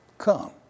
come